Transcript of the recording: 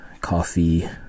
coffee